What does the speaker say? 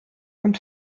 und